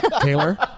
Taylor